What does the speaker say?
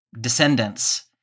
descendants